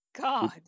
god